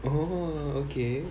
oh okay